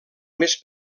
més